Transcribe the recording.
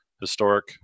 historic